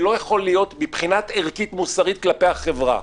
זה לא יכול להיות מבחינה ערכית מוסרית וזכויות כלפי החברה,